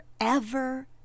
forever